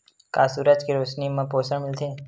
का सूरज के रोशनी म पोषण मिलथे?